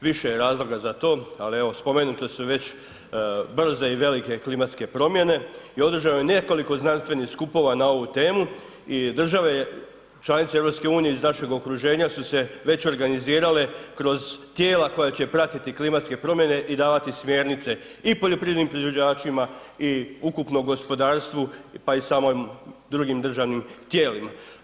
Više je razloga za to, ali evo spomenute su već brze i velike klimatske promjene i održano je nekoliko znanstvenih skupova na ovu temu i država je, članice EU iz našeg okruženja su se već organizirale kroz tijela koja će pratiti klimatske promjene i davati smjernice i poljoprivrednim proizvođačima i ukupnom gospodarstvu pa i samim drugim državnim tijelima.